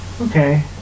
Okay